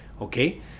okay